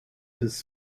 his